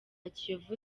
kiyovu